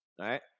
Right